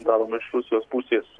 daroma iš rusijos pusės